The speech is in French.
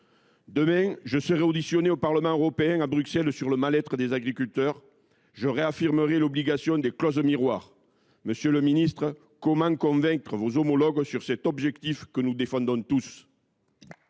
? Je serai auditionné demain au Parlement européen, à Bruxelles, sur le mal être des agriculteurs. Je réaffirmerai l’obligation des clauses miroirs. Comment convaincre vos homologues sur cet objectif que nous défendons tous ?